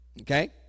Okay